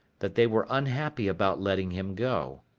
that they were unhappy about letting him go.